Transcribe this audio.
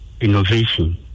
innovation